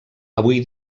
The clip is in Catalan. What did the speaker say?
avui